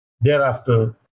thereafter